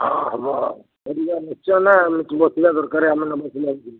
ହଁ ହେବ ଆଉ କରିବା ନିଶ୍ଚୟ ନା ଆମେ ସେଠି ବସିବା ଦରକାର ଆମେ ନ ବସିଲେ ହେବ କେମିତି